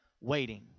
waiting